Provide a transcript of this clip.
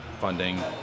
funding